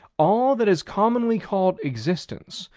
all that is commonly called existence,